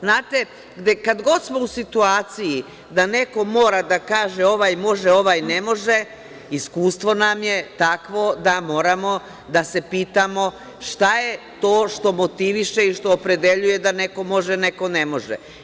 Znate, kad god smo u situaciji da neko mora da kaže da ovaj može, ovaj ne može, iskustvo nam je takvo da moramo da se pitamo šta je to što motiviše i što opredeljuje da neko može, neko ne može.